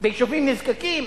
ביישובים נזקקים?